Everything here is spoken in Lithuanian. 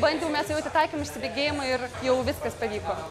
bandymu mes jau atitaikėm išsibėgėjimą ir jau viskas pavyko